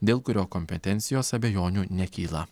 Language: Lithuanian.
dėl kurio kompetencijos abejonių nekyla